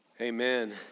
Amen